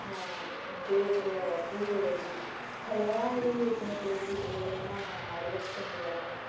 ದೇವರ ಪೂಜೆಯಲ್ಲಿ ಹಲವಾರು ಜನಪದ ಗೀತೆಗಳನ್ನು ಅಳವಡಿಸ್ಕೊಂಡಿದ್ದಾರೆ